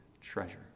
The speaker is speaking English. treasure